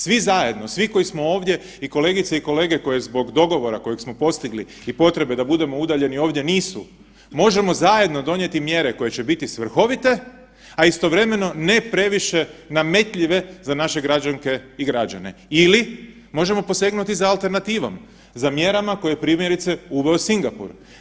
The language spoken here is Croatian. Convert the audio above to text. Svi zajedno, svi koji smo ovdje i kolegice i kolege koje zbog dogovora kojeg smo postigli i potrebe da budemo udaljeni ovdje nisu, možemo zajedno donijeti mjere koje će biti svrhovite, a istovremeno ne previše nametljive za naše građanke i građane ili možemo posegnuti za alternativom za mjerama koje je primjerice uveo Singapur.